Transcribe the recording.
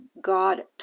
God